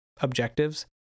objectives